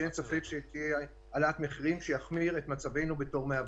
שאין ספק שתהיה העלאת מחירים שתחמיר את מצבנו בתור מעבדים.